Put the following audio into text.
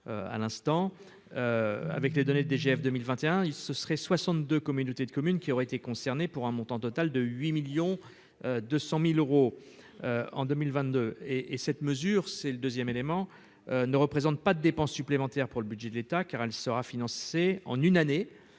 à l'instant avec les données DGF 2021, il se serait 62, communauté de communes qui auraient été concernés, pour un montant total de 8 1000000 200000 euros en 2000 22 et et cette mesure, c'est le 2ème élément ne représente pas de dépenses supplémentaires pour le budget de l'État, car elle sera financée en une année